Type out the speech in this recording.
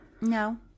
No